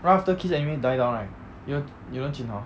right after kiss anime die down right you know you know jun hao